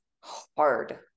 hard